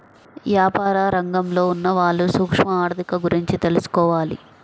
యాపార రంగంలో ఉన్నవాళ్ళు సూక్ష్మ ఆర్ధిక గురించి తెలుసుకోవాలి